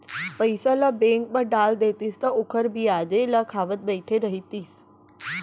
पइसा ल बेंक म डाल देतिस त ओखर बियाजे ल खावत बइठे रहितिस